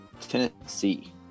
Tennessee